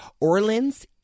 Orleans